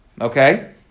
Okay